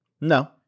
no